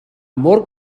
mor